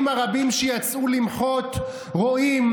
אני אמרתי,